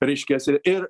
reiškiasi ir